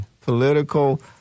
political